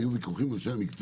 היו ויכוחים עם אנשי המקצוע,